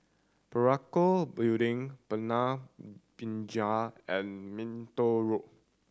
Parakou Building Binja and Minto Road